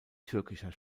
türkischer